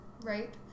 right